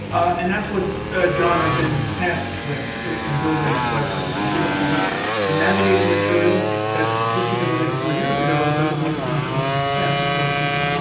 and that's what john has been tasked with in building this website is to give us a way to navigate the material that just because i did it four years ago doesn't mean it's not going to be found or seen,